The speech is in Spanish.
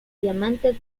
diamantes